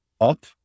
up